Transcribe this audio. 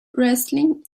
wrestling